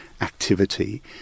activity